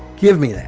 give me that.